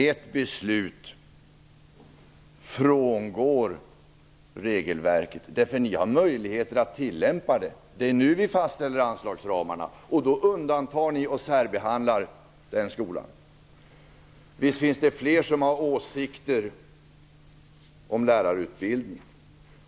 Ert beslut frångår regelverket. Ni har möjligheter att tillämpa det. Det är nu vi fastställer anslagsramarna. Men då undantar ni och särbehandlar skolan. Visst finns det fler som har åsikter om lärarutbildning.